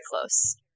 close